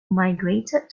migrated